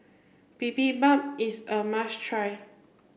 Bibimbap is a must try